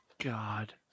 God